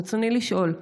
רצוני לשאול: